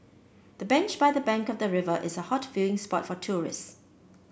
the bench by the bank of the river is a hot viewing spot for tourists